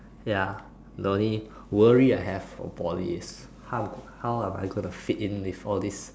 ya the only worry I have for Poly is how how am I going to fit in with all these